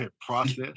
process